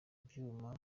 ibyuma